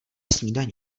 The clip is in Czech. snídani